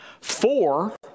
four